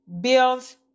bills